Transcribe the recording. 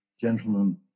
gentlemen